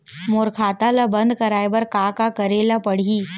मोर खाता ल बन्द कराये बर का का करे ल पड़ही?